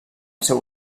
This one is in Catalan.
seu